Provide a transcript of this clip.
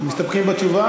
מסתפקים בתשובה?